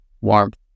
warmth